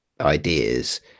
ideas